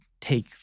take